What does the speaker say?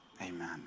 Amen